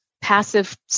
passive